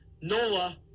Nola